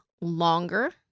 longer